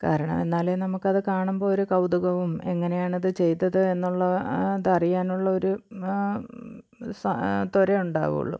കാരണം എന്നാലെ നമുക്കത് കാണുമ്പോൾ ഒരു കൗതുകവും എങ്ങനെയാണത് ചെയ്തത് എന്നുള്ള ആ ഇതറിയാനുള്ള ഒരു സ ത്വരയുണ്ടാകുള്ളു